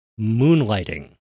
Moonlighting